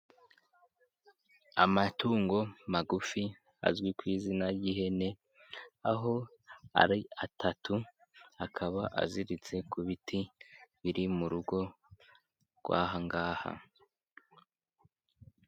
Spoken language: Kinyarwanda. Amatungo magufi azwi ku izina ry'ihene, aho ari atatu, akaba aziritse ku biti biri mu rugo rw'aha ngaha.